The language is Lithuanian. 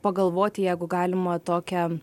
pagalvoti jeigu galima tokią